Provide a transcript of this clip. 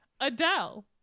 Adele